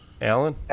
Alan